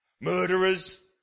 Murderers